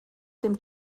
dem